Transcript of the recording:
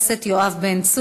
נמנעים.